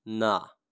ના